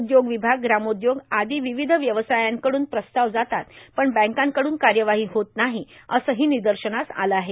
उद्योग विभाग ग्रामोद्योग आर्दो व्वावध व्यवसायांकडून प्रस्ताव जातात पण बँकांकडून कायवाहा होत नाहा असंहा र्निदशनास आलं आहे